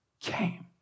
came